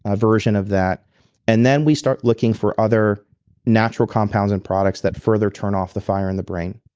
ah version of that and then we start looking for other natural compounds and products that further turn off the fire in the brain.